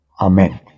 Amen